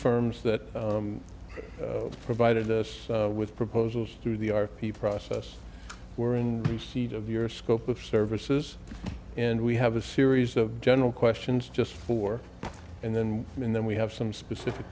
firms that provided us with proposals through the r p process we're in the seat of your scope of services and we have a series of general questions just for and then and then we have some specific